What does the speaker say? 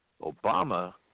Obama